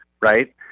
right